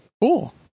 cool